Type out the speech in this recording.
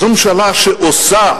זו ממשלה שעושה.